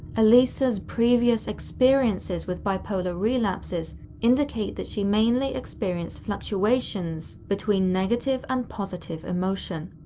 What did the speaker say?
elisa's previous experiences with bipolar relapses indicate that she mainly experienced fluctuations between negative and positive emotion.